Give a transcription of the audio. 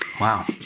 Wow